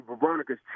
Veronica's